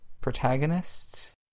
protagonists